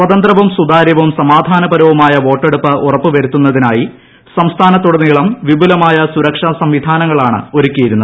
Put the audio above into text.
സ്വതന്ത്രവും സുതാര്യവും സമാഗ്രാനപരവുമായ വോട്ടെടുപ്പ് ഉറപ്പു വരുത്താനായി സംസ്ഥാനത്തുടനീളം വിപുലമായ സുരക്ഷാ സംവിധാനങ്ങളാണ് ഒരുക്കിയിരുന്നത്